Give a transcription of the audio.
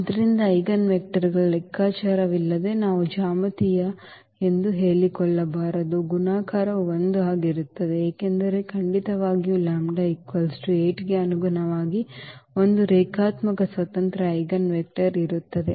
ಆದ್ದರಿಂದ ಈಜೆನ್ವೆಕ್ಟರ್ಗಳ ಲೆಕ್ಕಾಚಾರವಿಲ್ಲದೆ ನಾವು ಜ್ಯಾಮಿತೀಯ ಎಂದು ಹೇಳಿಕೊಳ್ಳಬಹುದು ಗುಣಾಕಾರವು 1 ಆಗಿರುತ್ತದೆ ಏಕೆಂದರೆ ಖಂಡಿತವಾಗಿಯೂ ಈ λ 8 ಗೆ ಅನುಗುಣವಾಗಿ ಒಂದು ರೇಖಾತ್ಮಕ ಸ್ವತಂತ್ರ ಐಜೆನ್ವೆಕ್ಟರ್ ಇರುತ್ತದೆ